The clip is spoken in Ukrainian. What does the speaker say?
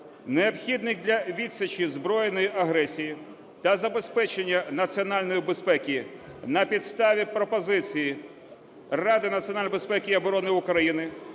необхідних для відсічі збройній агресії та забезпечення національної безпеки, на підставі пропозицій Ради національної безпеки і оборони України,